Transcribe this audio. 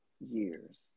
years